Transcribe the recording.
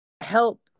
help